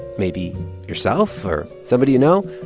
maybe yourself or somebody you know?